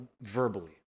verbally